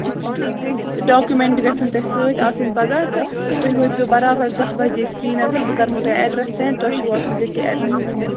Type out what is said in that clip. ٹھیٖک چھُ نا تہٕ ڈاکیٛوٗمیٚنٛٹ گژھَن تۄہہِ سۭتۍ آسٕنۍ پگاہ تہٕ تُہۍ وٲتۍ زیٛو برابر دَہ بَجے سریٖنگر بہٕ کرہو تۄہہِ ایٚڈرس سیٚنٛڈ تۄہہِ چھُو واتُن تٔتھی ایٚڈرَسَس پٮ۪ٹھ